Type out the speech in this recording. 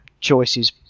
choices